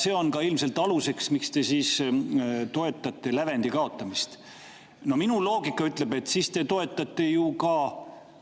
See on ka ilmselt aluseks, miks te toetate lävendite kaotamist. Minu loogika ütleb, et siis te toetate ju ka